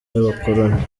y’abakoloni